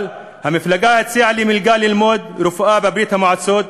אבל המפלגה הציעה לי מלגה ללימודי רפואה בברית-המועצות.